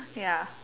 ya